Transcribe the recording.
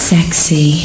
Sexy